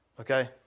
okay